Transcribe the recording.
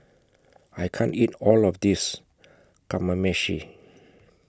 I can't eat All of This Kamameshi